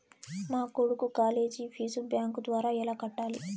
మా కొడుకు college fees bank ద్వారా ఎలా కట్టాలి?